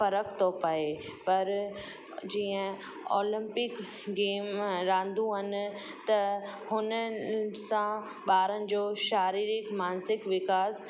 फ़र्क़ु थो पए पर जीअं ऑलंपिक गेम रांदू आहिनि त हुननि सां ॿारनि जो शारीरिक मानसिक विकास